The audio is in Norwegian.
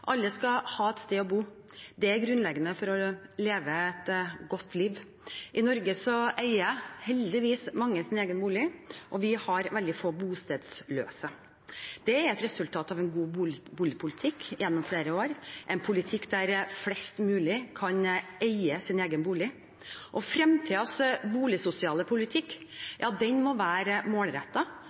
Alle skal ha et sted å bo. Det er grunnleggende for å leve et godt liv. I Norge eier heldigvis mange sin egen bolig, og vi har veldig få bostedsløse. Det er et resultat av en god boligpolitikk gjennom flere år, en politikk der flest mulig kan eie sin egen bolig. Fremtidens boligsosiale politikk må være målrettet og kunnskapsbasert – og aller viktigst: Den må